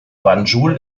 banjul